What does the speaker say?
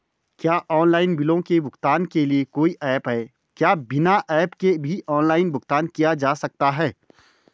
क्या ऑनलाइन बिलों के भुगतान के लिए कोई ऐप है क्या बिना ऐप के भी ऑनलाइन भुगतान किया जा सकता है?